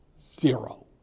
Zero